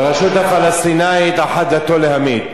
ברשות הפלסטינית אחת דתו להמית.